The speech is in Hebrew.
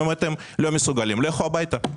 גם אם אתם לא מסוגלים לכו הביתה.